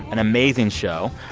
an amazing show.